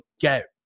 get